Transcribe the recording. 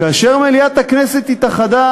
כאשר מליאת הכנסת התאחדה